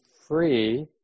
free